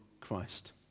Christ